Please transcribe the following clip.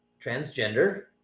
transgender